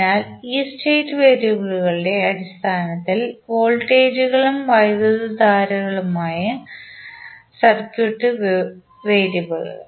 അതിനാൽ ഈ സ്റ്റേറ്റ് വേരിയബിളുകളുടെ അടിസ്ഥാനത്തിൽ വോൾട്ടേജുകളും വൈദ്യുതധാരകളുമാണ് സർക്യൂട്ട് വേരിയബിളുകൾ